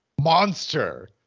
monster